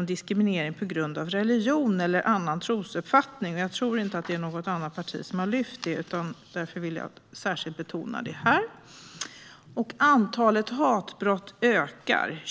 om diskriminering på grund av religion eller annan trosuppfattning. Jag tror inte att det är något annat parti som har lyft det. Därför vill jag särskilt betona detta. Antalet hatbrott ökar.